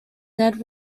ned